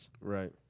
Right